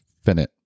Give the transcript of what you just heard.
finite